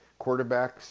quarterbacks